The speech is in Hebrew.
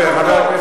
בבקשה, שב במקום.